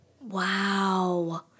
Wow